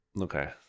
okay